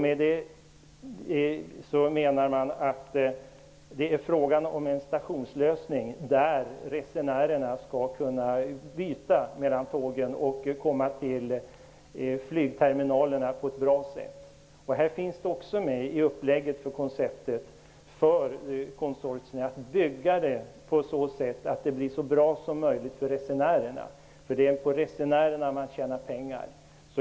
Med det menas en stationslösning som innebär att resenärerna skall kunna byta mellan tågen och komma till flygterminalerna på ett bra sätt. I upplägget sägs också att konsortiet skall genomföra projektet så att det blir så bra som möjligt för resenärerna, för det är ju på resenärerna man tjänar pengar.